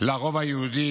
לרובע היהודי,